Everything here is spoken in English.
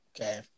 okay